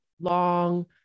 long